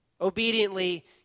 obediently